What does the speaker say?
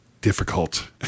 difficult